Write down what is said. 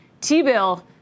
T-bill